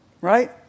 Right